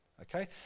okay